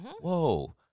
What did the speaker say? whoa